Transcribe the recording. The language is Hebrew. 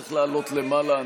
צריך לעלות למעלה.